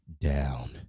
down